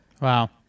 Wow